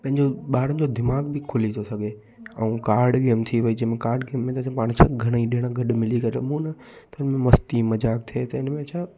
पंहिंजो ॿारनि जो दिमाग़ बि खुली थो सघे ऐं कार्ड गेम थी वई जंहिंमें कार्ड गेम में त छा पाण छा घणेई ॼणा गॾु मिली करे रमूं न त इन में मस्ती मज़ाकु थिए त इन में छा